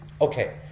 Okay